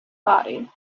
body